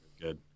good